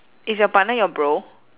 is your partner your bro